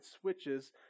switches